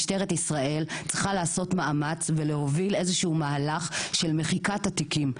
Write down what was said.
משטרת ישראל צריכה לעשות מאמץ ולהוביל איזשהו מהלך של מחיקת התיקים.